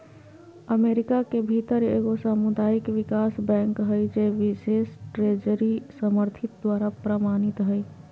America के भीतर एगो सामुदायिक विकास बैंक हइ जे बिशेष ट्रेजरी समर्थित द्वारा प्रमाणित हइ